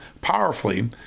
powerfully